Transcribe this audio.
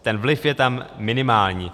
Ten vliv je tam minimální.